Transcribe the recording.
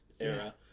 era